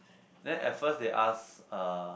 then at first they ask uh